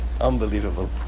Unbelievable